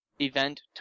event